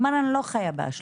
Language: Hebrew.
כלומר, אני לא חיה באשליה.